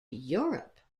europe